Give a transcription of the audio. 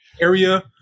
area